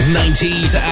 90s